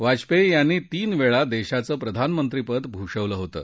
वाजपेयी यांनी तीन वेळा देशाचं प्रधानमंत्रीपद भूषवलं होतं